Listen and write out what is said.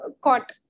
caught